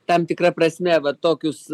tam tikra prasme va tokius